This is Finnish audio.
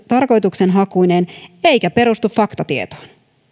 tarkoituksenhakuinen eikä perustu faktatietoon